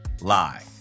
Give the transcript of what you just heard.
Lie